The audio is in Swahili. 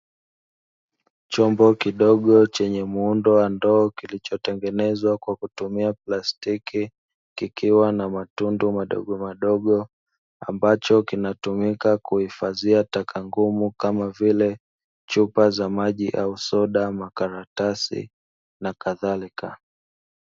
Chombo kidogo chenye muundo wa ndoo kilichotengenezwa kwa plastiki chenye matobo madogo madogo, kinatumika kuhifadhia taka ngumu kama vile; chupa za maji au soda, karatasi na kadhalika.